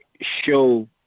show